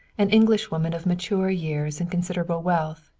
an englishwoman of mature years and considerable wealth,